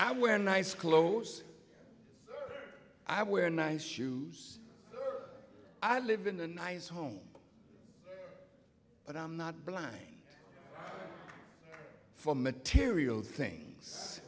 i wear nice clothes i wear nice shoes i live in a nice home but i'm not for material things